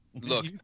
Look